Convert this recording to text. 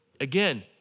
Again